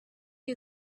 you